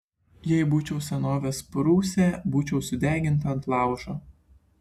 jei būčiau senovės prūsė būčiau sudeginta ant laužo